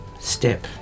step